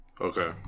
Okay